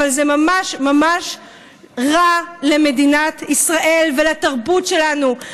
אבל זה ממש ממש רע למדינת ישראל ולתרבות שלנו.